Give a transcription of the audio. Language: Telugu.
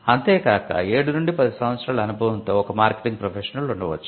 అంతే కాక ఏడు నుండి పది సంవత్సరాల అనుభవంతో ఒక మార్కెటింగ్ ప్రొఫెషనల్ ఉండవచ్చు